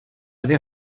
dvě